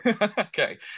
Okay